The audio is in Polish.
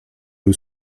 już